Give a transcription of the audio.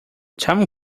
tom